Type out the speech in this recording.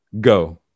Go